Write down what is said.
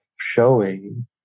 showing